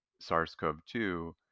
SARS-CoV-2